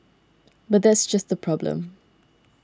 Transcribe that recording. but that's just the problem